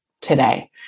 today